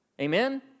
Amen